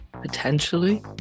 potentially